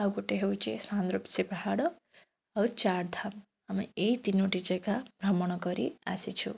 ଆଉ ଗୋଟେ ହେଉଛି ସାନ୍ଦରୂପଶି ପାହାଡ଼ ଆଉ ଚାରଧାମ ଆମେ ଏହି ତିନୋଟି ଯାଗା ଭ୍ରମଣକରି ଆସିଛୁ